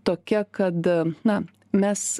tokia kad na mes